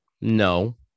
No